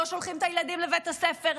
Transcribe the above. לא שולחים את הילדים לבית בית הספר,